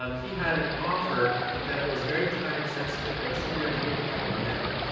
um he had an offer that was very time sensitive. it was something that needed to happen. now,